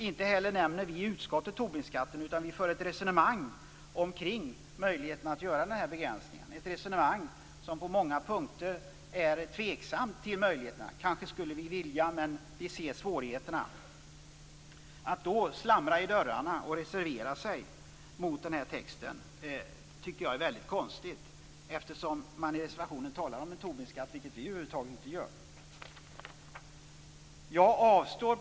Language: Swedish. Inte heller vi i utskottsmajoriteten nämner Tubinskatten, utan vi för ett resonemang omkring möjligheten att göra den här begränsningen, ett resonemang där vi på många punkter är tveksamma till möjligheterna. Vi kanske skulle vilja, men vi ser svårigheterna. Att moderaterna då slamrar i dörrarna och reservera sig mot den här texten är väldigt konstigt, eftersom man i reservationen talar om en Tubinskatt, vilket vi över huvud taget inte gör.